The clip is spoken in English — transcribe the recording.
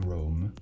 Rome